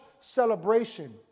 celebration